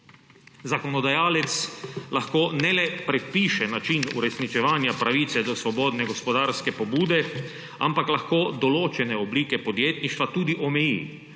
Zakonodajalec lahko ne le predpiše način uresničevanja pravice do svobodne gospodarske pobude, ampak lahko določene oblike podjetništva tudi omeji,